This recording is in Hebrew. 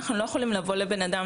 אנחנו לא יכולים לבוא לבן-אדם,